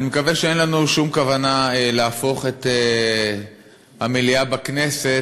אני מקווה שאין לנו שום כוונה להפוך את המליאה בכנסת